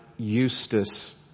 Eustace